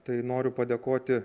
tai noriu padėkoti